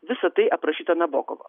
visa tai aprašyta nabokovo